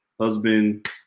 husband